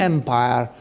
Empire